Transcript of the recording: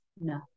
no